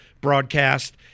broadcast